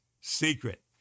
secret